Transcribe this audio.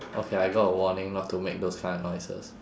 okay I got a warning not to make those kind of noises